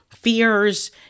Fears